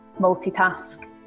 multitask